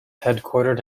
headquartered